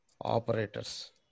operators